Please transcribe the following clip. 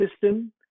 system